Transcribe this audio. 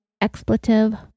expletive